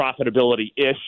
profitability-ish